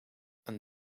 een